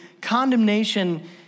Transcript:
condemnation